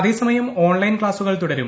അതേ സമയം ഓൺലൈൻ ക്ലാസ്സുകൾ തുടരും